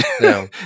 No